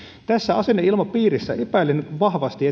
tässä asenneilmapiirissä epäilen vahvasti